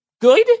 good